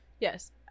yes